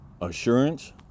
assurance